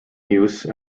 use